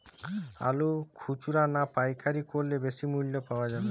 আলু খুচরা না পাইকারি করলে বেশি মূল্য পাওয়া যাবে?